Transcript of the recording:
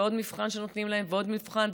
ועוד מבחן שנותנים להם ועוד מבחן,